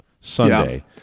Sunday